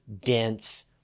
dense